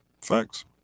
facts